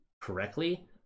correctly